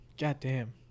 goddamn